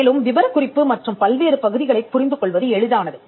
மேலும் விபரக்குறிப்பு மற்றும் பல்வேறு பகுதிகளைப் புரிந்து கொள்வது எளிதானது